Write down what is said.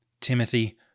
Timothy